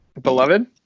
beloved